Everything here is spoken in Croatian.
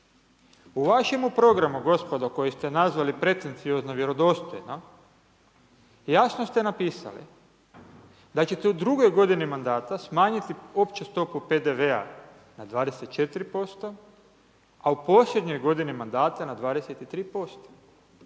u vašemu programu gospodo koji ste nazvali pretenciozno vjerodostojno, jasno ste napisali da ćete u drugoj godini mandata smanjiti opću stopu PDV-a na 24%, a u posljednjoj godini mandata na 23%.